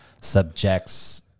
subjects